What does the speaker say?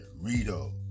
Rito